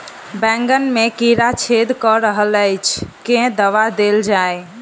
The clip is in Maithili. बैंगन मे कीड़ा छेद कऽ रहल एछ केँ दवा देल जाएँ?